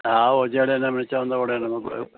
हा उहो जहिड़े नमूने चवंदव ओहिड़े नमूने जो